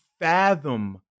fathom